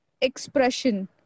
expression